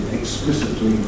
explicitly